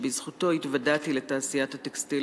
שבזכותו התוודעתי לתעשיית הטקסטיל